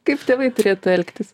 kaip tėvai turėtų elgtis